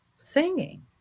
singing